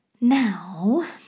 Now